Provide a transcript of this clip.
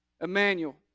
emmanuel